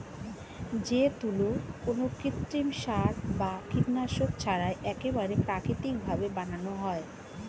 যে তুলো কোনো কৃত্রিম সার বা কীটনাশক ছাড়াই একেবারে প্রাকৃতিক ভাবে বানানো হয়